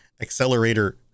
accelerator